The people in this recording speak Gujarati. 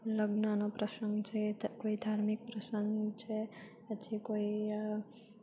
લગ્નનો પ્રસંગ છે કોઈ ધાર્મિક પ્રસંગ છે પછી કોઈ